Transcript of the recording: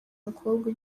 mukobwa